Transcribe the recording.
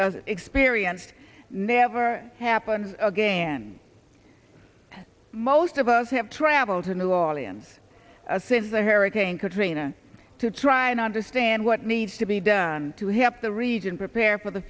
next experience never happened again most of us have traveled to new orleans since the hurricane katrina to try and understand what needs to be done to help the region prepare for the